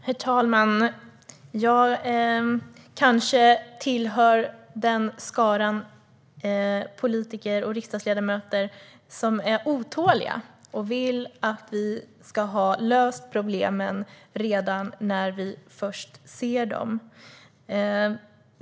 Herr talman! Jag hör kanske till den skara politiker och riksdagsledamöter som är otålig och som vill att vi ska ha löst problemen redan när vi först ser dem.